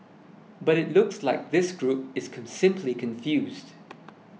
but it looks like this group is simply confused